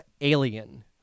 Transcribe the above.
Alien